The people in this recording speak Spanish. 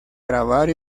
grabar